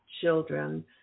children